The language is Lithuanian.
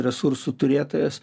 resursų turėtojas